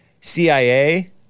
CIA